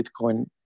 Bitcoin